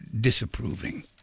disapproving